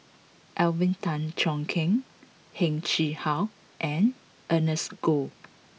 Alvin Tan Cheong Kheng Heng Chee How and Ernest Goh